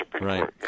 Right